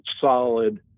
solid